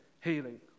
healing